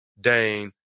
Dane